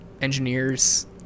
Engineers